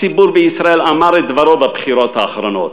הציבור בישראל אמר את דברו בבחירות האחרונות,